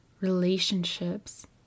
relationships